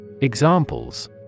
Examples